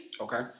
okay